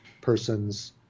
persons